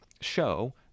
show